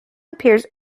appears